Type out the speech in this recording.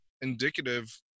indicative